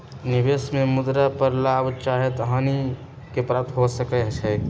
निवेश में मुद्रा पर लाभ चाहे हानि के प्राप्ति हो सकइ छै